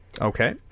Okay